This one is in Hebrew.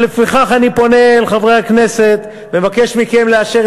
ולפיכך אני פונה לחברי הכנסת ומבקש מכם לאשר